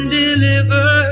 deliver